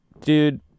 dude